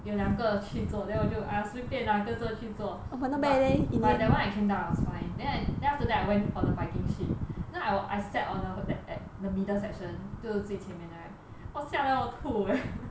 有两个去坐 then 我就 ah 随便 lah 跟着去坐 but but that one I came down was fine then I then after that I went for the viking ship now I sat on the at the middle section 就最前面的 right !wah! 吓到我哭 leh